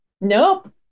nope